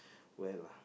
well